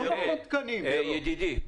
ידידי,